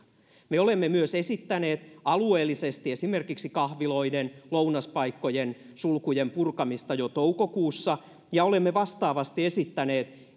me olemme myös esittäneet alueellisesti esimerkiksi kahviloiden ja lounaspaikkojen sulkujen purkamista jo toukokuussa ja olemme vastaavasti esittäneet